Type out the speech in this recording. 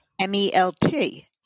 M-E-L-T